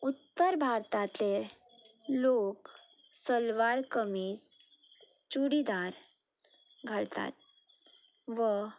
उत्तर भारतांतले लोक सलवार कमीज चुडीदार घालतात व